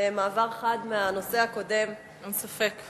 במעבר חד מהנושא הקודם, אין ספק.